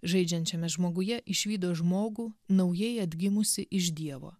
žaidžiant šiame žmoguje išvydo žmogų naujai atgimusį iš dievo